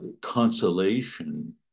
consolation